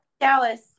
Dallas